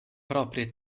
proprie